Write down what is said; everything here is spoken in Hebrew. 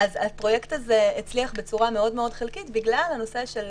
הפרויקט הזה הצליח בצורה מאוד מאוד חלקית בגלל הנושא של